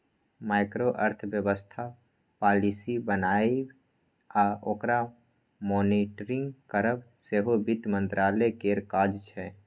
micro अर्थबेबस्था policy बनाएब आ ओकर मॉनिटरिंग करब सेहो बित्त मंत्रालय केर काज छै